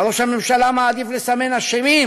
אבל ראש הממשלה מעדיף לסמן אשמים